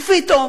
ופתאום,